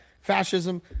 fascism